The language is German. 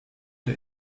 der